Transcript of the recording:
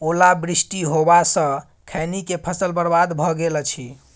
ओला वृष्टी होबा स खैनी के फसल बर्बाद भ गेल अछि?